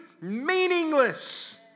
meaningless